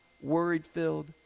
worried-filled